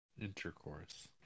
intercourse